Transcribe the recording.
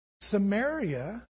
Samaria